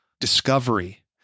discovery